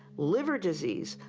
liver disease,